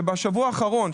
שבשבוע האחרון,